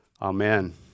amen